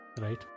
right